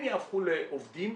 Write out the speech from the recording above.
הם יהפכו לעובדים